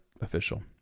official